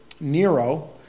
Nero